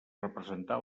representar